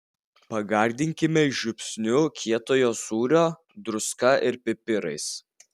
pagardinkite žiupsniu kietojo sūrio druska ir pipirais